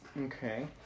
Okay